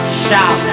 shout